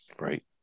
right